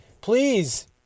please